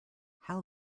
how